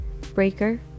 Breaker